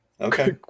Okay